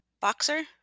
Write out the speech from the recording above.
Boxer